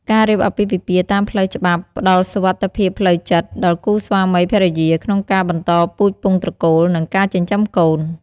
ការរៀបអាពាហ៍ពិពាហ៍តាមផ្លូវច្បាប់ផ្តល់សុវត្ថិភាពផ្លូវចិត្តដល់គូស្វាមីភរិយា ក្នុងការបន្តពូជពង្សត្រកូល និងការចិញ្ចឹមកូន។